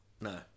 no